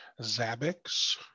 Zabbix